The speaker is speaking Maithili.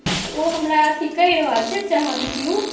तऽ ओ हमरा अथी कहि रहल छथि जे अहाँ निकलू